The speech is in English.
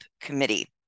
committee